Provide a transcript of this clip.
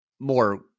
more